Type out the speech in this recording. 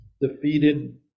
Defeated